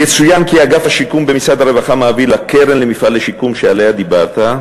יצוין כי אגף השיקום במשרד הרווחה מעביר לקרן למפעלי שיקום שעליה דיברת,